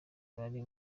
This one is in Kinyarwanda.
bari